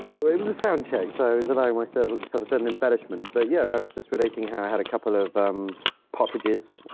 it was a sound check so i was and allowing myself so a certain embellishment, but yeah, and i was just relating how i had a couple of um partridges,